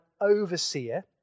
overseer